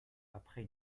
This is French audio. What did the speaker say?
après